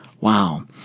Wow